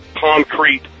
concrete